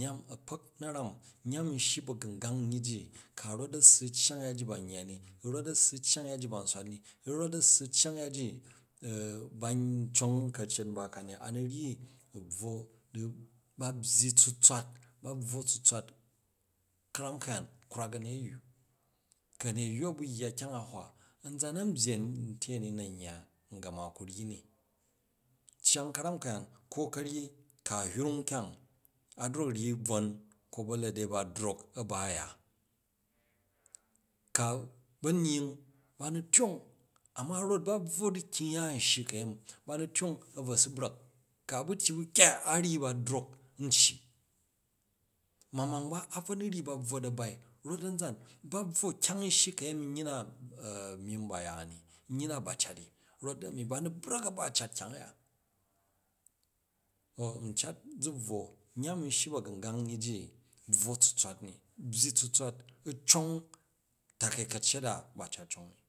nyam akpak na̱ram nyam n sshi ba̱gungang nyyi ka rot a̱ssu u cyang yya ji ban yya ni u̱ rot a̱ssu u̱ cyang yya ji ban swat ni, u̱ rot a̱ssu u̱ cyang yya ji u-ban conmg ka̱ccet nba ka ni a nu ryyi u bvwo di ba byyi tsutswat ba bvwo tsutswat, ka̱ram ka̱yaan krwak a̱nyeyyu, ku̱ a̱nyeyyu a bu̱ yya kyang a̱ hywa, a̱nzan an byyi a̱tyeni na n yya kyang ku̱ ryyi ni, cyang ka̱yaan ko ka̱ryyi, ka hrung kyong, a drok u̱ ryyi bvin ko ba alade ba drok a ba a̱ ya, ka ba̱ nying ba nu̱ tyong ba bvwo di kyung ya nshyi ka̱ye mi ba mu̱ tyong a̱ bvo su bra̱k, ka bu tyyi ba kya-a, a̱ ryyi ba drok n cyi mamang ba bvo nu ryyi ba bvwot a̱ bai rot a̱nzan, ba bvwo kyang n shyi ka̱yemi n yyi na myimm baya ni, nyyi na ba cat i, rot a̱ ni ba nu̱ brak a ba cat kyang a̱ya to ncat zu bvwo nyam n shyi ba̱gangang nyyi ji bvwo tsutsat u̱ byyi tsutswat, u̱ cong takai ka̱ccet a ba cat cong ni.